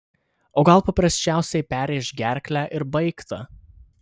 o gal paprasčiausiai perrėš gerklę ir baigta